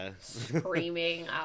screaming